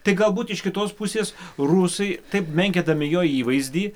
tai galbūt iš kitos pusės rusai taip menkindami jo įvaizdį